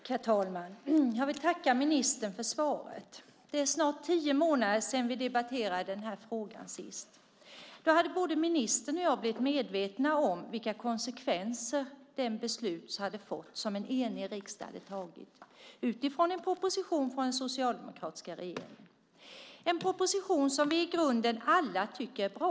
Herr talman! Jag vill tacka ministern för svaret. Det är snart tio månader sedan vi debatterade denna fråga senast. Då hade både ministern och jag blivit medvetna om vilka konsekvenser det beslut hade fått som en enig riksdag hade fattat utifrån en proposition från den socialdemokratiska regeringen. Det är en proposition som vi i grunden alla tycker är bra.